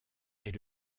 est